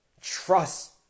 trust